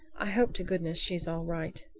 i hope to goodness she's all right.